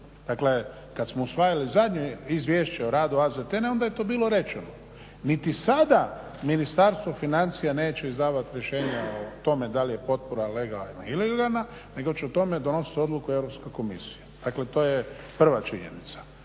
Dakle, kad smo usvajali zadnje izvješće o radu AZTN-a onda je to bilo rečeno. Niti sada Ministarstvo financija neće izdavati rješenja o tome da li je potpora legalna ili ilegalna, nego će o tome donositi odluku Europska komisija. Dakle, to je prva činjenica.